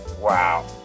Wow